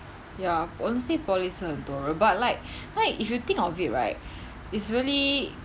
ya honestly poly 是很多人 but like like if you think of it right is really